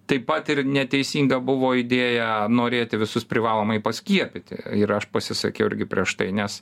taip pat ir neteisinga buvo idėja norėti visus privalomai paskiepyti ir aš pasisakiau irgi prieš tai nes